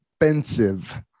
expensive